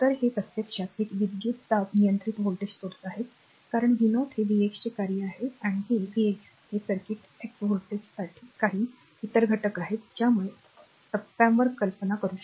तर हे प्रत्यक्षात ते विद्युतदाब नियंत्रित व्होल्टेज स्त्रोत आहेत कारण v 0 हे v x चे कार्य आहे आणि हे v x हे सर्किट x व्होल्टेज काही इतर घटक आहेत ज्यामुळे टप्प्यावर कल्पना करा